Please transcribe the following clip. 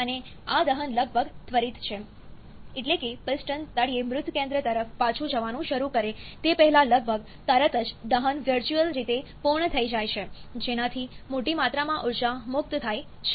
અને આ દહન લગભગ ત્વરિત છે એટલે કે પિસ્ટન તળિયે મૃત કેન્દ્ર તરફ પાછું જવાનું શરૂ કરે તે પહેલાં લગભગ તરત જ દહન વર્ચ્યુઅલ રીતે પૂર્ણ થઈ જાય છે જેનાથી મોટી માત્રામાં ઊર્જા મુક્ત થાય છે